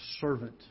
servant